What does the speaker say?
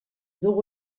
dugu